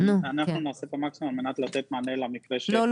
אנחנו נעשה את המקסימום על מנת לתת מענה למקרה --- לא,